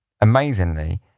Amazingly